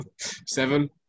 Seven